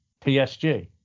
PSG